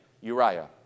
Uriah